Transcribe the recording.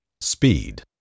speed